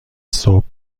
صبح